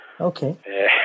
okay